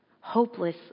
hopeless